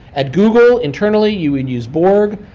at google internally, you would use borg.